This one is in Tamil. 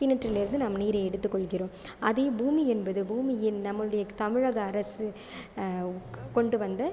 கிணற்றில் இருந்து நாம் நீரை எடுத்துக் கொள்கிறோம் அதே பூமி என்பது பூமியின் நம்மளுடைய தமிழக அரசு கொண்டு வந்த